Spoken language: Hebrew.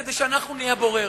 כדי שאנחנו נהיה הבורר.